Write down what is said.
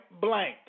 blank